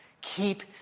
Keep